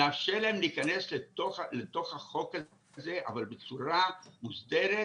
לאפשר להם להיכנס לתוך החוק הזה אבל בצורה מוסדרת